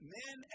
men